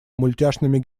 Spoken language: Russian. мультяшными